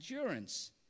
endurance